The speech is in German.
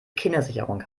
kindersicherung